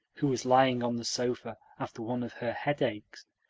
who was lying on the sofa after one of her headaches,